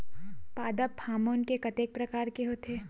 पादप हामोन के कतेक प्रकार के होथे?